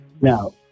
now